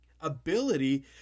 ability